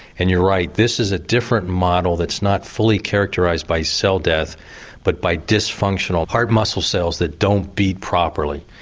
and you're right this is a different model that's not fully characterised by cell death but by dysfunctional heart muscle cells that don't beat properly.